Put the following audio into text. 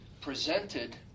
presented